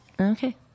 Okay